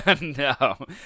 No